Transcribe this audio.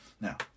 Now